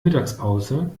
mittagspause